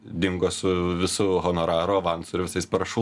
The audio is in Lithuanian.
dingo su visu honoraru avansu ir visais parašų